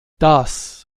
das